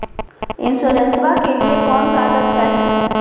इंसोरेंसबा के लिए कौन कागज चाही?